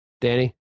Danny